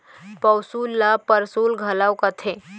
पैसुल ल परसुल घलौ कथें